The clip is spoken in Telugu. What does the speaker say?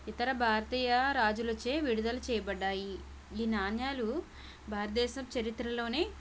ఇతర భారతీయ రాజులచే విడుదల చేయబడ్డాయి ఈ నాణేలు భారతదేశపు చరిత్రలోనే